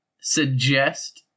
suggest